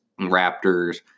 Raptors